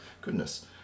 Goodness